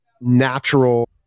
natural